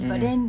mm